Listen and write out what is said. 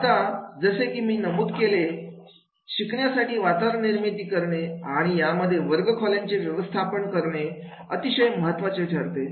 आता जसे की मी नमूद केले शिकण्यासाठी वातावरण निर्मिती करणे आणि यामध्ये वर्गखोल्यांचे व्यवस्थापन करणे अतिशय महत्त्वाचे ठरते